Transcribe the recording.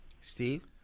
Steve